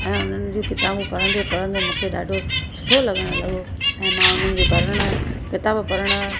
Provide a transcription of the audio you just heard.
ऐं उन्हनि जूं किताबूं पढ़ंदे पढ़ंदे मूंखे ॾाढो सुठो लॻण लॻो ऐं मां उन्हनि जे पढ़णु किताब पढ़णु